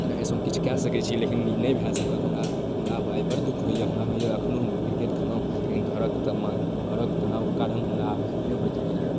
अपने हम एहिसँ किछु कऽ सकै छी लेकिन नहि भऽ सकल हमरा हमरा आइ बड़ दुख होइए हमरा होइए एखनहु हम किरकेट खेलौँ लेकिन घरक तऽमा घरके तनावके कारण हमरा आब नहि होइत रहैए